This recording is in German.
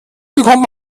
bekommt